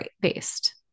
based